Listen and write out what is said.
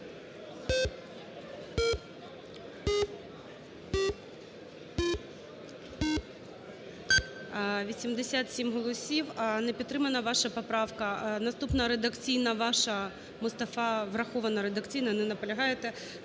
За-87 голосів. Не підтримана ваша поправка. Наступна редакційна ваша, Мустафа, врахована редакційно, не наполягаєте.